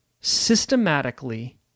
systematically